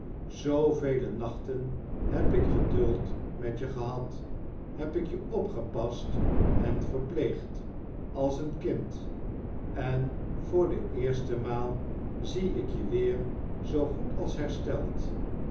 zoovele nachten heb ik geduld met je gehad heb ik je opgepast en verpleegd als een kind en voor de eerste maal zie ik je weer zoo goed als hersteld